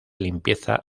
limpieza